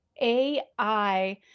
AI